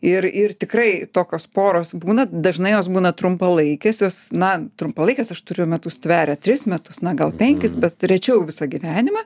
ir ir tikrai tokios poros būna dažnai jos būna trumpalaikės jos na trumpalaikės aš turiu metus tveria tris metus na gal penkis bet rečiau visą gyvenimą